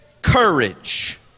Courage